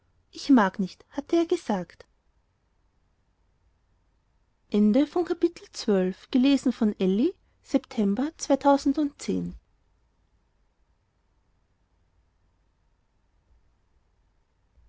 ich mag nicht hatte er gesagt